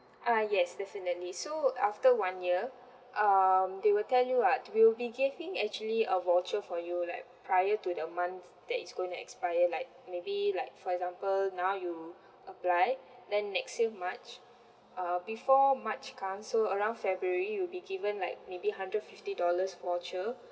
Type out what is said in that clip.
ah yes definitely so after one year um they will tell you what we'll be giving actually a voucher for you like prior to the month that it's gonna expire like maybe like for example now you apply then next year march uh before march comes so around february you'll be given like maybe hundred fifty dollars voucher